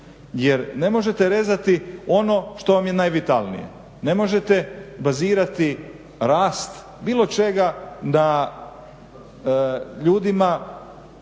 Jer ne možete rezati ono što vam je najvitalnije, ne možete bazirati rast bilo čega da ljudima